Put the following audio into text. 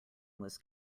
was